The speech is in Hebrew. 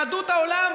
יהדות העולם,